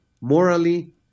morally